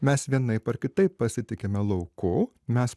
mes vienaip ar kitaip pasitikime lauku mes